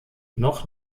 noch